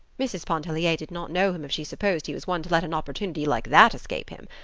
mrs. pontellier did not know him if she supposed he was one to let an opportunity like that escape him.